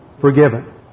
forgiven